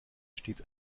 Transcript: stets